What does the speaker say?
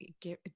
give